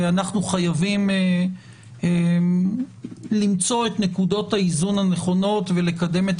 ואנחנו חייבים למצוא את נקודות האיזון הנכונות ולקדם את